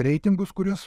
reitingus kuriuos